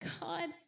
God